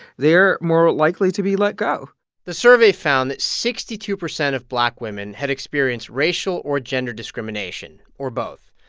they're more likely to be let go the survey found that sixty two percent of black women had experienced racial or gender discrimination or both.